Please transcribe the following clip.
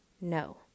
No